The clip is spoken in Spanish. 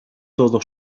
todo